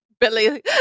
Billy